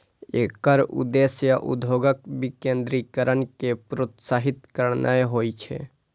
एकर उद्देश्य उद्योगक विकेंद्रीकरण कें प्रोत्साहित करनाय होइ छै